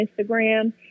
instagram